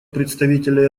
представителя